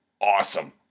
awesome